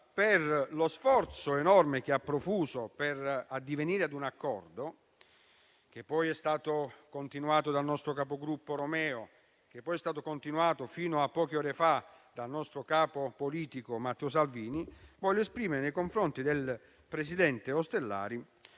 per lo sforzo enorme che ha profuso per addivenire ad un accordo, che poi è stato portato avanti dal nostro capogruppo Romeo e, fino a poche ore fa, dal nostro capo politico, Matteo Salvini, voglio esprimere nei confronti del presidente Ostellari